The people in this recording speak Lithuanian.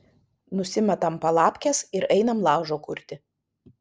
nusimetam palapkes ir einam laužo kurti